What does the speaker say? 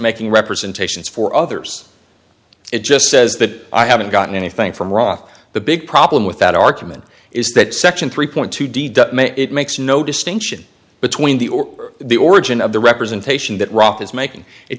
making representations for others it just says that i haven't gotten anything from rock the big problem with that argument is that section three point two d it makes no distinction between the or the origin of the representation that rock is making it